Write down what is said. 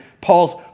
Paul's